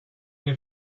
new